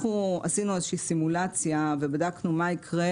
אנחנו עשינו איזה שהיא סימולציה ובדקנו מה יקרה.